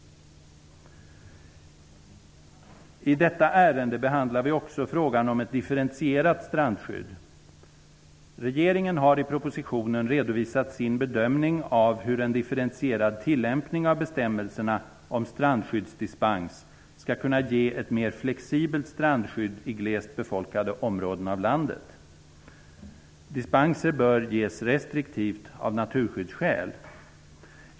I detta ärende behandlar vi också frågan om ett differentierat strandskydd. Regeringen har i propositionen redovisat sin bedömning av hur en differentierad tillämpning av bestämmelserna om strandskyddsdispens skall kunna ge ett mer flexibelt strandskydd i glest befolkade områden av landet. Dispenser bör ges restriktivt av naturskyddsskäl.